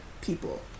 people